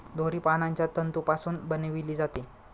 दोरी पानांच्या तंतूपासून बनविली जाते